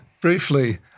briefly